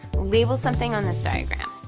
label something on this diagram.